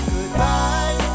Goodbye